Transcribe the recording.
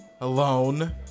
Alone